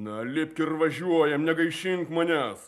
na lipk ir važiuojam negaišink manęs